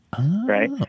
right